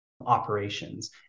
operations